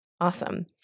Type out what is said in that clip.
Awesome